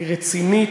היא רצינית.